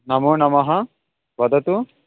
नमो नमः वदतु